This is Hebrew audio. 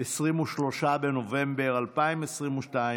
23 בנובמבר 2022,